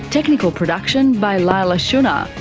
technical production by leila shunnar,